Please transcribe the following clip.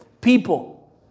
people